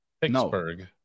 Pittsburgh